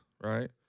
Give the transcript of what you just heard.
right